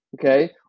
Okay